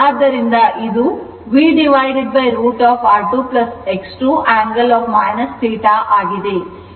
ಆದ್ದರಿಂದ ಇದು V√ over R2 X2 angle θ ಆಗಿದೆ